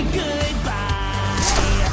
goodbye